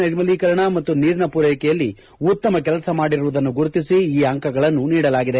ನೈರ್ಮಲೀಕರಣ ಮತ್ತು ನೀರಿನ ಪೂರೈಕೆಯಲ್ಲಿ ಉತ್ತಮ ಕೆಲಸ ಮಾಡಿರುವುದನ್ನು ಗುರುತಿಸಿ ಈ ಅಂಕಗಳನ್ನು ನೀಡಲಾಗಿದೆ